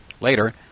Later